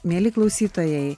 mieli klausytojai